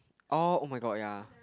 orh oh-my-god ya